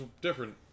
different